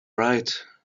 right